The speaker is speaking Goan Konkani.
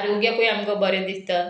आरोग्याकूय आमकां बरें दिसता